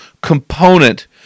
component